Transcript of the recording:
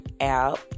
out